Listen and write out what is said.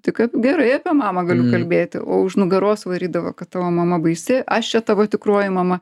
tik kaip gerai apie mamą galiu kalbėti o už nugaros varydavo kad tavo mama baisi aš čia tavo tikroji mama